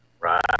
right